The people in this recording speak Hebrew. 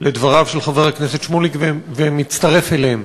לדבריו של חבר הכנסת שמולי ומצטרף אליהם.